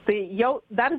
tai jau bent